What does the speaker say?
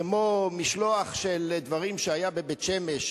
כמו משלוח של דברים שהיה בבית-שמש,